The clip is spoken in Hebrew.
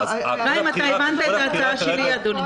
חיים, אתה הבנת את ההצעה שלי, אדוני?